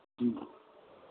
ह्म्म